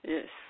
Yes